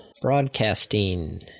Broadcasting